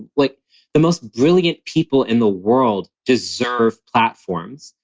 like the most brilliant people in the world deserve platforms.